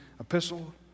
epistle